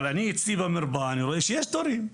אבל אצלי במרפאה אני רואה שיש תורים.